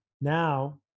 Now